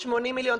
80 מיליון.